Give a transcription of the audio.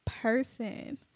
person